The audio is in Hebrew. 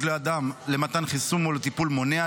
לאדם למתן חיסון או לטיפול מונע,